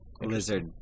lizard